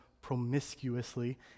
promiscuously